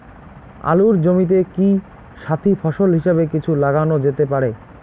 আলুর জমিতে কি সাথি ফসল হিসাবে কিছু লাগানো যেতে পারে?